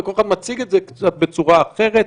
וכל אחד מציג את זה קצת בצורה אחרת.